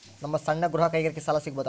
ನಮ್ಮ ಸಣ್ಣ ಗೃಹ ಕೈಗಾರಿಕೆಗೆ ಸಾಲ ಸಿಗಬಹುದಾ?